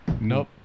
nope